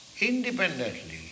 independently